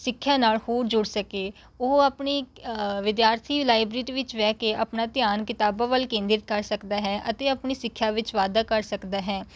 ਸਿੱਖਿਆ ਨਾਲ ਹੋਰ ਜੁੜ ਸਕੇ ਉਹ ਆਪਣੀ ਵਿਦਿਆਰਥੀ ਲਾਇਬ੍ਰੇਰੀ ਵਿੱਚ ਬਹਿ ਕੇ ਆਪਣਾ ਧਿਆਨ ਕਿਤਾਬਾਂ ਵੱਲ ਕੇਂਦਰਿਤ ਕਰ ਸਕਦਾ ਹੈ ਅਤੇ ਆਪਣੀ ਸਿੱਖਿਆ ਵਿੱਚ ਵਾਧਾ ਕਰ ਸਕਦਾ ਹੈ